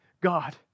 God